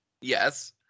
Yes